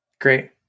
Great